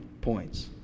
points